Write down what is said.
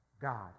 God